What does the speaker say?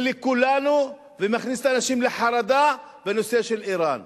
ולכולנו, ומכניס את האנשים לחרדה בנושא של אירן.